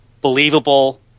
believable